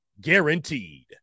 guaranteed